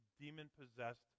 demon-possessed